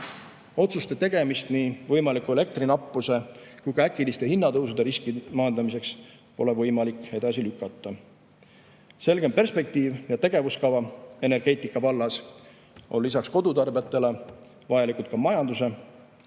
Otsuste tegemist nii võimaliku elektrinappuse kui ka äkiliste hinnatõusude riski maandamiseks pole võimalik edasi lükata. Selgem perspektiiv ja tegevuskava energeetika vallas on lisaks kodutarbijatele vajalikud ka majanduse,